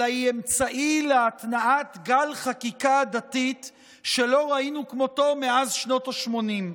אלא היא אמצעי להתנעת גל חקיקה דתית שלא ראינו כמותו מאז שנות השמונים.